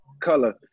color